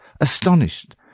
Astonished